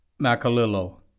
Macalillo